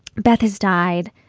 beth has died.